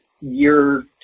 year